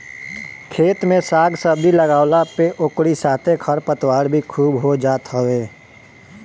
खेत में साग सब्जी लगवला पे ओकरी साथे खरपतवार भी खूब हो जात हवे